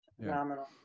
Phenomenal